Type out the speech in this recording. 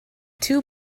two